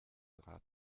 rad